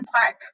Park